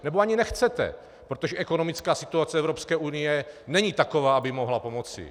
Nebo ani nechcete, protože ekonomická situace Evropské unie není taková, aby mohla pomoci.